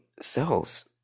cells